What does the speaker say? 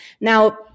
Now